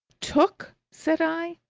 took? said i.